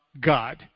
God